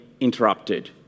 interrupted